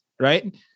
right